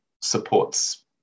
supports